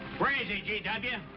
where is he, g w?